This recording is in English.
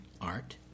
art